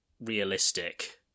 realistic